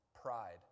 Pride